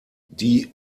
die